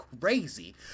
crazy